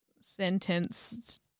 sentenced